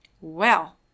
Well